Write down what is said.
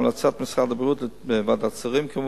בהמלצת משרד הבריאות וועדת שרים,